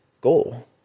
goal